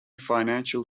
financial